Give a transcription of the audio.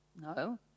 No